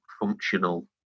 functional